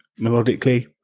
melodically